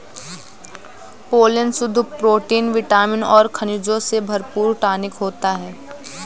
pollen शुद्ध protein vitamin और खनिजों से भरपूर टॉनिक होता है